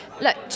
look